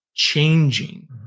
Changing